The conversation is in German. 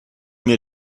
mir